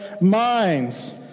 minds